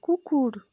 কুকুর